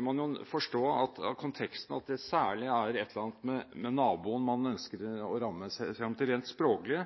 Man vil forstå av konteksten at det særlig er et eller annet med naboen man ønsker å ramme, skjønt dette rent språklig